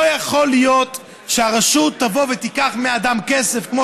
לא יכול להיות שהרשות תבוא ותיקח מהאדם כסף כמו